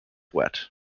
wet